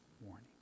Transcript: warning